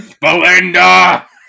Belinda